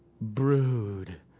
brood